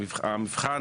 המבחן